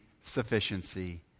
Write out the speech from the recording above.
sufficiency